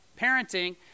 parenting